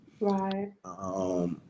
Right